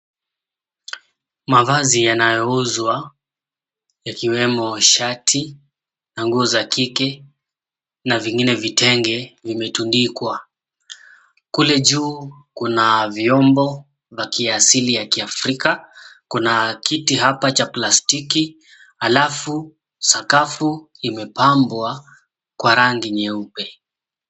Mavazi yanayouzwa, yakiwemo shati, na nguo za kike na vingine vitenge vimetundikwa. Kule juu kuna vyombo vya kiasili ya Kiafrika, kuna kiti hapa cha plastiki. Halafu sakafu imepambwa kwa rangi nyeupe.